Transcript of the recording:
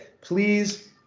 please